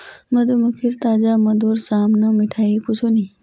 मधुमक्खीर ताजा मधुर साम न मिठाई कुछू नी